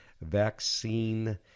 vaccine